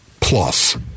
plus